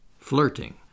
flirting